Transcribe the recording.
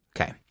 Okay